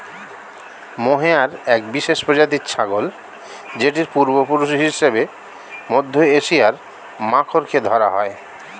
mohair এক বিশেষ প্রজাতির ছাগল যেটির পূর্বপুরুষ হিসেবে মধ্য এশিয়ার মাখরকে ধরা হয়